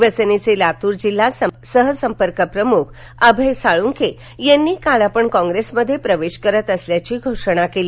शिवसेनेचे लातूर जिल्हा सहसंपर्क प्रमूख अभय साळूंके यांनी काल आपण कॉप्रेस मधे प्रवेश करत असल्याची घोषणा केली